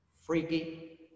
freaky